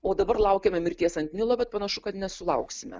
o dabar laukiame mirties ant nilo bet panašu kad nesulauksime